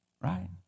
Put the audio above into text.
right